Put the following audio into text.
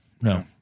No